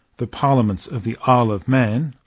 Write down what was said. the parliaments of the isle of man,